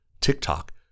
TikTok